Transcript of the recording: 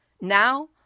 Now